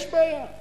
יש בעיה.